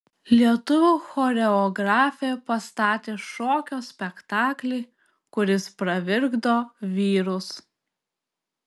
lietuvių choreografė pastatė šokio spektaklį kuris pravirkdo vyrus